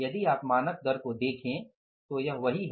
यदि आप मानक दर को देखें तो वही है